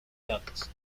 datos